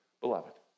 beloved